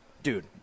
Dude